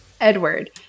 Edward